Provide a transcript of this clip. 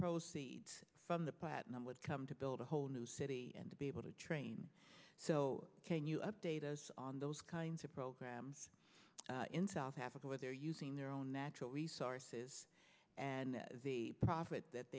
proceeds from the platinum would come to build a whole new city and to be able to train so can you update us on those kinds of programs in south africa where they're using their own natural resources and the profit t